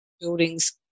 buildings